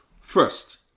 First